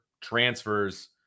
transfers